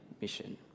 mission